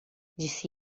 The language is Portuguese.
disse